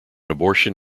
abortion